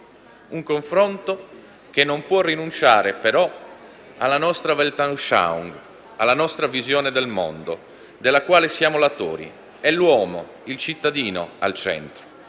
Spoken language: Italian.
confronto non può però rinunciare alla nostra *Weltanschauung*, alla nostra visione del mondo, della quale siamo latori. È l'uomo, il cittadino al centro;